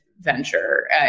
venture